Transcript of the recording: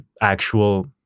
actual